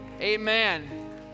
Amen